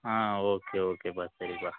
ஆ okay ஓகேப்பா சரிப்பா